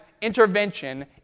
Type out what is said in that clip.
intervention